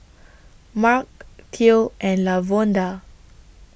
Marc Theo and Lavonda